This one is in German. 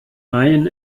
reihen